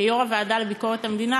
כיו"ר הוועדה לביקורת המדינה,